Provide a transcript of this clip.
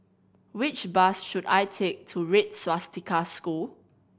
which bus should I take to Red Swastika School